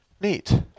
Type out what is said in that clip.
Neat